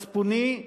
מצפוני,